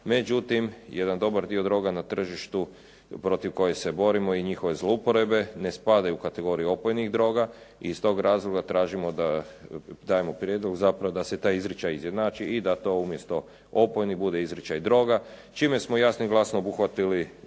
međutim jedan dobar dio droga na tržištu protiv koje se borimo i njihove zlouporabe ne spadaju u kategoriju opojnih droga i iz tog razloga tražimo da, dajemo prijedlog zapravo da se taj izričaj izjednači i da to umjesto opojnih bude izričaj droga čime smo jasno i glasno obuhvatili da ovaj